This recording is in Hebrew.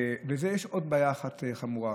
אדוני השר, יש עוד בעיה אחת חמורה.